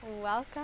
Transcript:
welcome